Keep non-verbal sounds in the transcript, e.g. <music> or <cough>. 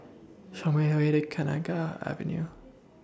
<noise> Show Me The Way to Kenanga Avenue